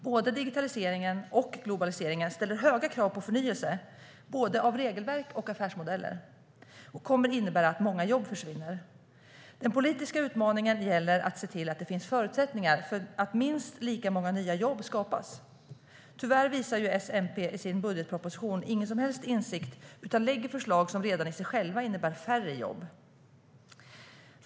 Både digitaliseringen och globaliseringen ställer höga krav på förnyelse av regelverk och affärsmodeller och kommer att innebära att många jobb försvinner. Den politiska utmaningen gäller att se till att det finns förutsättningar till att minst lika många nya jobb skapas. Tyvärr visar ju S och MP i sin budgetproposition ingen som helst insikt utan lägger fram förslag som redan i sig själva innebär färre jobb.